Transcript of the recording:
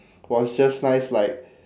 was just nice like